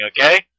okay